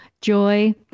joy